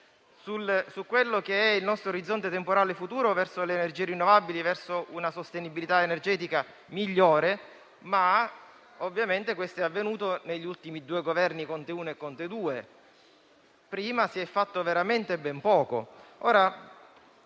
concentrarsi sul nostro orizzonte temporale futuro, ovvero verso le energie rinnovabili, verso una sostenibilità energetica migliore. Ovviamente questo è avvenuto con gli ultimi due Governi, Conte 1 e Conte 2; prima si è fatto veramente ben poco.